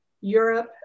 Europe